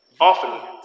often